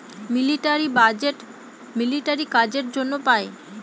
military budget military কাজের জন্য পাই